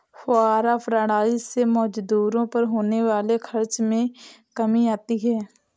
फौव्वारा प्रणाली से मजदूरों पर होने वाले खर्च में कमी आती है